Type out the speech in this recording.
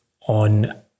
on